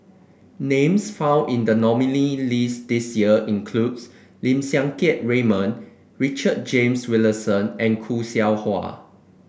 names found in the nominee' list this year includes Lim Siang Keat Raymond Richard James Wilkinson and Khoo Seow Hwa